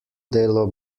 delo